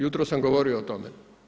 Jutros sam govorio o tome.